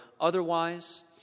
otherwise